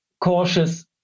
cautious